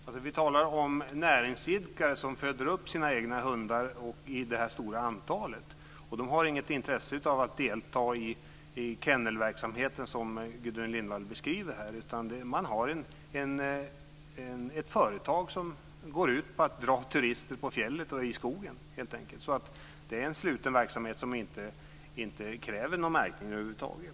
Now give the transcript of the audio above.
Fru talman! Vi talar om näringsidkare som föder upp sina egna hundar i stort antal, och de har inget intresse av att delta i kennelverksamhet, som Gudrun Lindvall beskriver. De har företag som går ut på att dra turister på fjället och i skogen. Det är en sluten verksamhet, som inte kräver någon märkning över huvud taget.